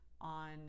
on